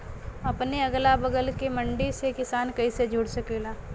अपने अगला बगल के मंडी से किसान कइसे जुड़ सकेला?